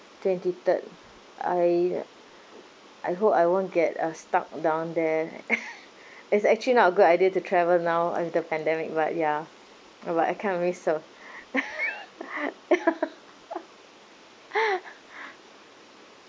twenty third I I hope I won't get uh stuck down there it's actually not a good idea to travel now under pandemic but ya but I can't admit so